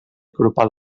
grupal